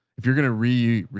if you're going to reuse,